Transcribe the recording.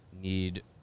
need